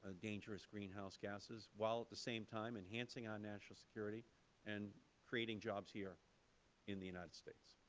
ah dangerous greenhouse gases while at the same time enhancing our national security and creating jobs here in the united states.